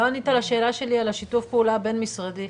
לא ענית לשאלה שלי על שיתוף הפעולה הבין משרדי.